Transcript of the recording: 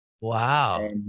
Wow